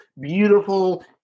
beautiful